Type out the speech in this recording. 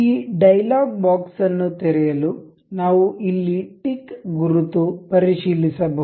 ಈ dialogue box ಅನ್ನು ತೆರೆಯಲು ನಾವು ಇಲ್ಲಿ ಟಿಕ್ ಗುರುತು ಪರಿಶೀಲಿಸಬಹುದು